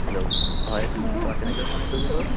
hello হয় মই আপোনাক কেনেকৈ সহায় কৰিব পাৰোঁ